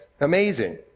amazing